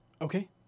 Okay